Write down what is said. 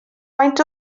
faint